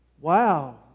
Wow